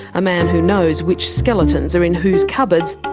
a man who knows which skeletons are in whose cupboards.